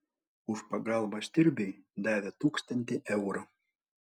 už pagalbą stirbiui davė tūkstantį eurų